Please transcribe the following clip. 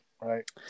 right